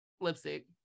lipstick